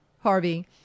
Harvey